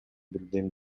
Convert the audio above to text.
билбейм